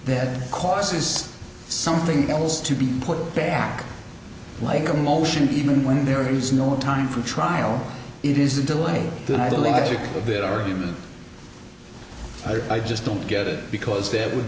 that cost is something else to be put back like a motion even when there is no time for trial it is a delay the delivery of the argument i just don't get it because that would